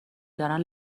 دارن